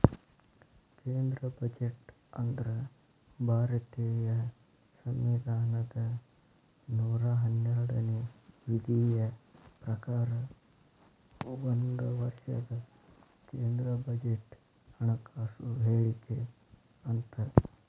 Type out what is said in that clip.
ಕೇಂದ್ರ ಬಜೆಟ್ ಅಂದ್ರ ಭಾರತೇಯ ಸಂವಿಧಾನದ ನೂರಾ ಹನ್ನೆರಡನೇ ವಿಧಿಯ ಪ್ರಕಾರ ಒಂದ ವರ್ಷದ ಕೇಂದ್ರ ಬಜೆಟ್ ಹಣಕಾಸು ಹೇಳಿಕೆ ಅಂತ